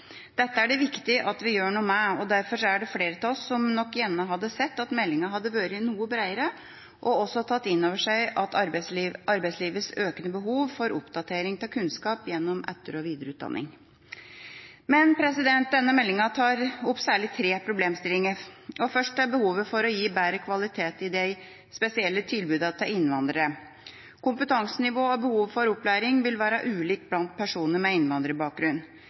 Dette er det viktig at vi gjør noe med. Derfor er det flere av oss som nok gjerne hadde sett at meldinga hadde vært noe bredere og også tatt inn over seg arbeidslivets økende behov for oppdatering av kunnskap gjennom etter- og videreutdanning. Denne meldinga tar opp særlig tre problemstillinger. Først til behovet for å gi bedre kvalitet i de spesielle tilbudene til innvandrere: Kompetansenivået og behovet for opplæring vil være ulikt blant personer med innvandrerbakgrunn.